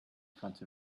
front